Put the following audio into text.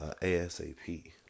ASAP